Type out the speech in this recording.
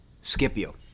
Scipio